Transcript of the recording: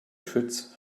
schütz